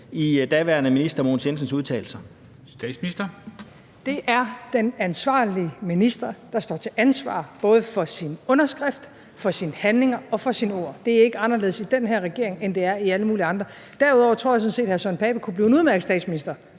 Statsministeren (Mette Frederiksen): Det er den ansvarlige minister, der står til ansvar både for sin underskrift, for sine handlinger og for sine ord. Det er ikke anderledes i den her regering, end det er i alle mulige andre. Derudover tror jeg sådan set, hr. Søren Pape Poulsen kunne blive en udmærket statsminister